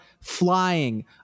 flying